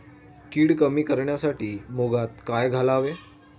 कीड कमी करण्यासाठी मुगात काय घालावे?